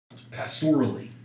Pastorally